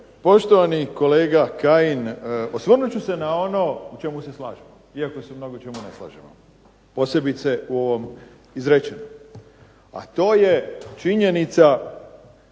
poštovani kolega Kajin osvrnut ću se na ono o čemu se slažem, iako se u mnogo čemu ne slažemo posebice u ovom izrečenom. A to je činjenica